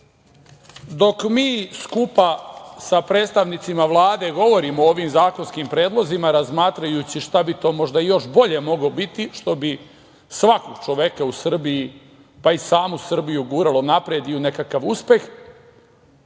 mi skupa sa predstavnicima Vlade govorimo o ovim zakonskim predlozima, razmatrajući šta bi to možda još bolje moglo biti, što bi svakog čoveka u Srbiji, pa i samu Srbiju, guralo napred i u nekakav uspeh,